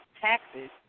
taxes